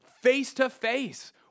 face-to-face